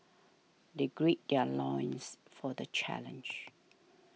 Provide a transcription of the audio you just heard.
they gird their loins for the challenge